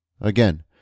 Again